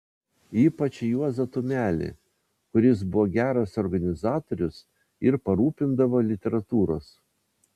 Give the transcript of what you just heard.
ypač juozą tumelį kuris buvo geras organizatorius ir parūpindavo literatūros